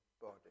body